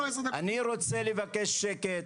רוצה לבקש שקט.